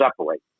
separate